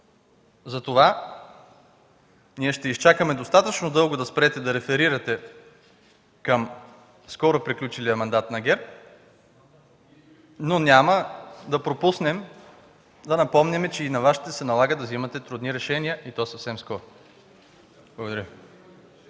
Затова ние ще изчакаме достатъчно дълго да спрете да реферирате към скоро приключилия мандат на ГЕРБ, но няма да пропуснем да напомняме, че и на Вас ще Ви се налага да взимате трудни решения, и то съвсем скоро. Благодаря